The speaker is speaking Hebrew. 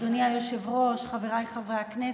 בוקר טוב, אדוני היושב-ראש, חבריי חברי הכנסת.